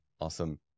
Awesome